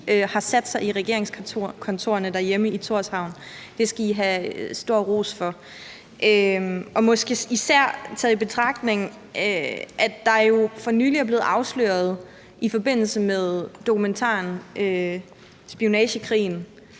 har sat sig i regeringskontorerne derhjemme i Tórshavn. Det skal I have stor ros for, måske især i betragtning af, at det jo for nylig er blevet afsløret i forbindelse med dokumentaren »Skyggekrigen«,